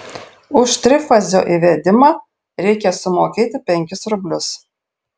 už trifazio įvedimą reikia sumokėti penkis rublius